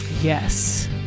Yes